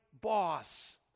boss